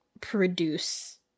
produce